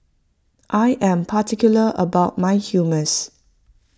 I am particular about my Hummus